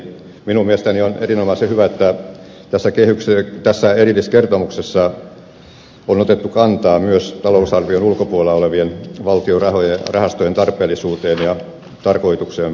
minun mielestäni on erinomaisen hyvä että tässä erilliskertomuksessa on otettu kantaa myös talousarvion ulkopuolella olevien valtion rahastojen tarpeellisuuteen ja tarkoituksenmukaisuuteen